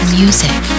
music